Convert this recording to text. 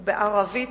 ובערבית,